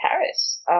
Paris